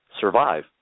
survive